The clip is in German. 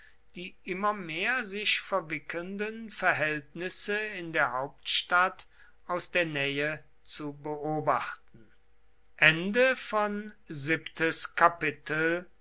die immer mehr sich verwickelnden verhältnisse in der hauptstadt aus der nähe zu beobachten